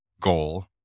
goal